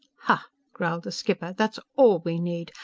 hah! growled the skipper. that's all we need!